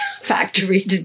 factory